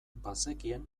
bazekien